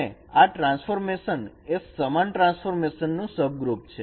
અને આ ટ્રાન્સફોર્મેશન એ સમાન ટ્રાન્સફોર્મેશન નું સબગ્રુપ છે